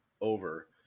over